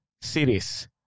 series